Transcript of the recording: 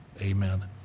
Amen